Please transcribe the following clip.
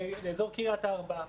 לאזור קרית ארבע,